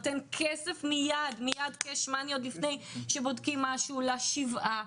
נותן כסף מיד עוד לפני הבדיקות כדי לקיים את השבעה,